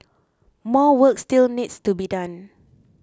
more work still needs to be done